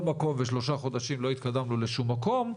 מקום ושלושה חודשים לא התקדמנו לשום מקום,